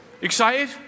Excited